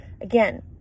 again